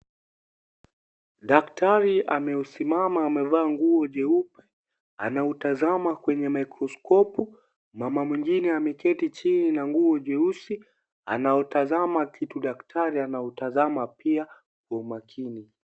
Daktari amesimama amevaa nguo jeupe anaotazama kwenye microscope mama mwingine ameketi chini na nguo jeusi anaotazama Daktari anaotazama pia kwa umakini.